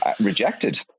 rejected